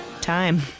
time